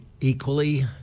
equally